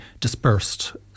dispersed